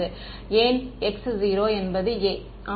மாணவர் ஏன் x 0 என்பது a